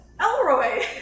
Elroy